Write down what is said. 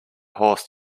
horse